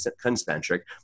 concentric